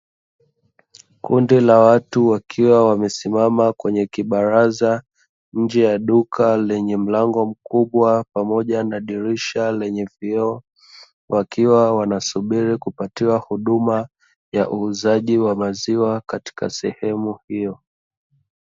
Kundi la watu wakiwa wamesimama kwenye kibaraza nje ya duka lenye mlango mkubwa pamoja na dirisha lenye vioo wakiwa wanasubiri kupatiwa huduma ya uuzaji wa maziwa katika sehemu.